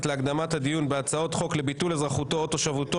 להקדמת הדיון בהצעות חוק לביטול אזרחותו או תושבותו